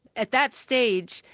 at that stage,